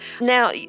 Now